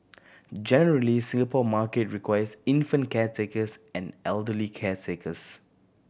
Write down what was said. generally Singapore market requires infant caretakers and elderly caretakers